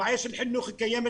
הבעיה של חינוך קיימת,